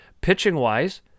Pitching-wise